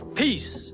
peace